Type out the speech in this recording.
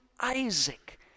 Isaac